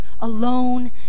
alone